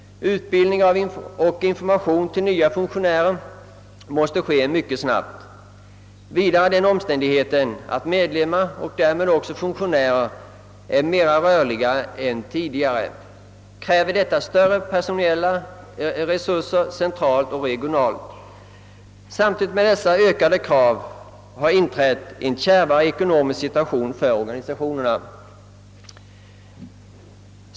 Utbildning av och information till nya funktionärer måste ske mycket snabbt. Den omständigheten att medlemmar och därmed också funktionärer är mera rörliga än tidigare kräver större personella resurser centralt och regionalt. Samtidigt med dessa ökade krav har en kärvare ekonomisk situation inträtt för organisationerna.